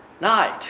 night